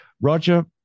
Roger